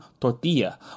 tortilla